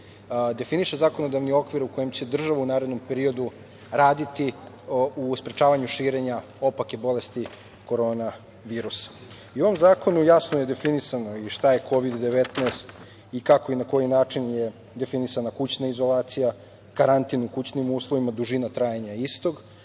definiše zakonodavni okvir u kojem će država u narednom periodu raditi u sprečavanju širenja opake bolesti korona virusa.U ovom zakonu jasno je definisano i šta je Kovid-19 i kako i na koji način je definisana kućna izolacija, karantin u kućnim uslovima, dužina trajanja istog